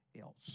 else